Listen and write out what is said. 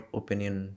opinion